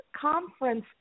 conference